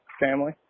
family